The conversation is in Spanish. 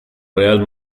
real